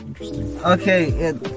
okay